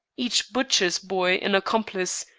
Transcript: each butcher's boy an accomplice,